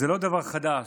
זה לא דבר חדש,